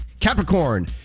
Capricorn